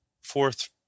fourth